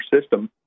system